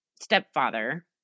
stepfather